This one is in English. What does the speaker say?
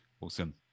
Awesome